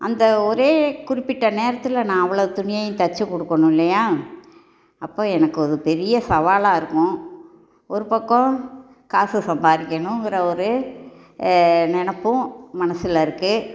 அந்த ஒரே குறிப்பிட்ட நேரத்தில் நான் அவ்வளோ துணியும் தைச்சிக் கொடுக்கணும் இல்லையா அப்போ எனக்கு ஒரு பெரிய சவாலாக இருக்கும் ஒரு பக்கம் காசு சம்பாரிக்கணுங்கிற ஒரு நினப்பும் மனசில் இருக்குது